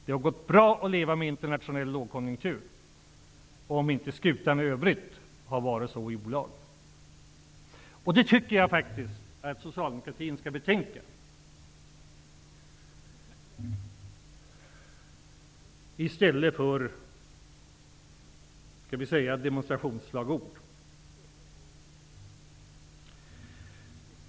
Det hade gått bra att leva med en internationell lågkonjunktur om inte skutan i övrigt hade varit i olag. Jag tycker att socialdemokratin skall betänka detta i stället för att yttra demonstrationsslagord.